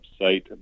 website